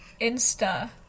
Insta